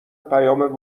پیام